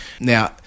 now